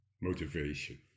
motivation